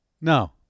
No